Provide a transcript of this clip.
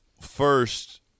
first